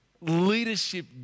leadership